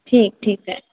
ठीकु ठीकु आहे